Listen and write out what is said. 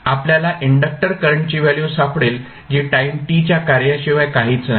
आपल्याला इंडक्टक्टर करंटची व्हॅल्यू सापडेल जी टाईम t च्या कार्याशिवाय काहीच नाही